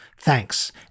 Thanks